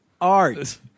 art